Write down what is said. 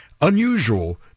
Unusual